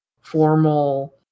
formal